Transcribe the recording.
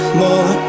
more